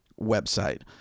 website